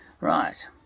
right